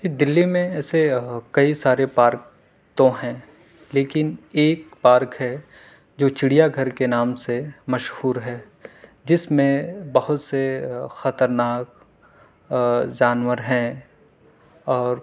دلی میں ایسے کئی سارے پارک تو ہیں لیکن ایک پارک ہے جو چڑیا گھر کے نام سے مشہور ہے جس میں بہت سے خطرناک جانور ہیں اور